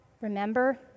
remember